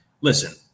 Listen